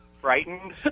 Frightened